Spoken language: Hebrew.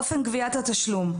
אופן גביית התשלום.